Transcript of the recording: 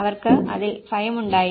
അവർക്ക് അതിൽ ഭയമുണ്ടായിരുന്നു